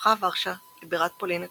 הפכה ורשה לבירת פולין הקונגרסאית,